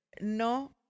no